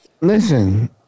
listen